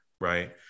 Right